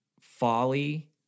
Folly